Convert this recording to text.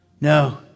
No